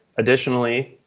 additionally,